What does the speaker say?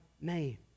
name